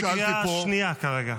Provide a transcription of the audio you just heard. כרגע, קריאה שנייה.